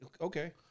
okay